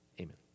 Amen